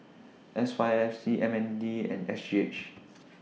S Y F C M N D and S G H